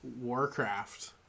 warcraft